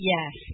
Yes